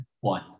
one